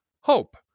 hope